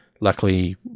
Luckily